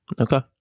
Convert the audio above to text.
Okay